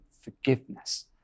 forgiveness